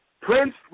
Prince